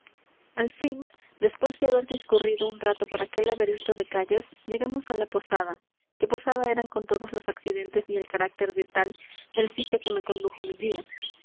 al fin después de haber discurrido un rato por aquel laberinto de calles llegamos á la posada que posada era con todos los accidentes y el carácter de tal el sitio á que me condujo mi guía